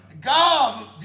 God